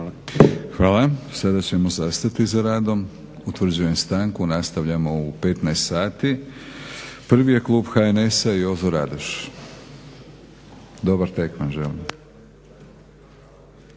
Hvala. Sada ćemo zastati sa radom, utvrđujem stanku. Nastavljamo u 15,00 sati. Prvi je klub HNS-a i Jozo Radoš. **Stazić,